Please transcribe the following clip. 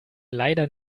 leider